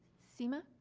seema?